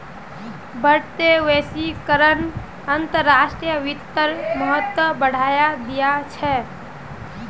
बढ़ते वैश्वीकरण अंतर्राष्ट्रीय वित्तेर महत्व बढ़ाय दिया छे